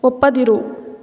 ಒಪ್ಪದಿರು